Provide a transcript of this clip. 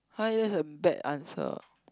[huh] that's a bad answer